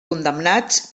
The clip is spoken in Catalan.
condemnats